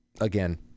Again